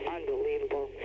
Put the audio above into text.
Unbelievable